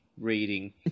reading